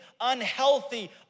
unhealthy